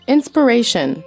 Inspiration